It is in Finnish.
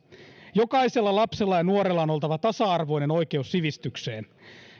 jokaisella lapsella ja nuorella on oltava tasa arvoinen oikeus sivistykseen